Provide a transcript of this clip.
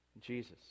Jesus